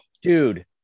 Dude